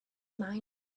mind